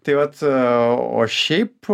tai vat o šiaip